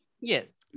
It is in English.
Yes